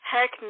Heck